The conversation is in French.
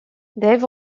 dave